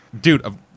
Dude